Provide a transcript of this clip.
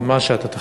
מה שאתה תחליט.